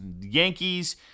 Yankees